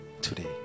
Today